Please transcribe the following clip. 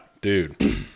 Dude